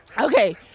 Okay